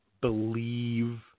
believe